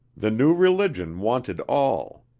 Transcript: the new religion wanted all,